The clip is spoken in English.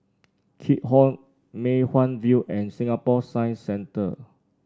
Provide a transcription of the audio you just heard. Keat Hong Mei Hwan View and Singapore Science Centre